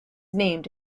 named